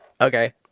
Okay